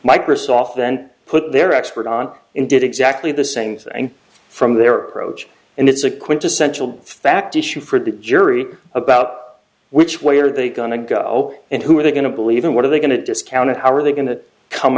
microsoft then put their expert on and did exactly the same thing from their approach and it's a quintessential fact issue for the jury about which way are they gonna go and who are they going to believe and what are they going to discount and how are they going to come